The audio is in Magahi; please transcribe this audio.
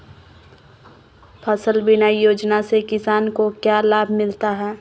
फसल बीमा योजना से किसान को क्या लाभ मिलता है?